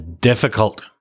difficult